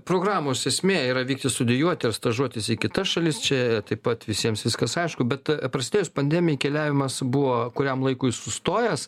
programos esmė yra vykti studijuoti ar stažuotis į kitas šalis čia taip pat visiems viskas aišku bet prasidėjus pandemijai keliavimas buvo kuriam laikui sustojęs